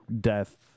death